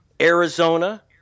Arizona